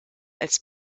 als